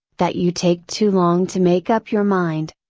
that you take too long to make up your mind,